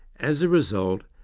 as a result,